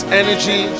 energy